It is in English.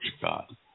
God